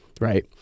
right